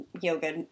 yoga